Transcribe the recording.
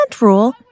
rule